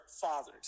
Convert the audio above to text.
fathers